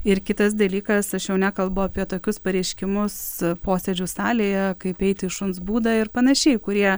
ir kitas dalykas aš jau nekalbu apie tokius pareiškimus posėdžių salėje kaip eiti į šuns būdą ir panašiai kurie